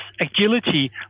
agility